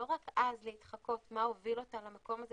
לא רק אז להתחקות מה הוביל אותה למקום הזה